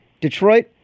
Detroit